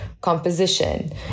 composition